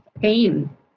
pain